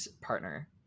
partner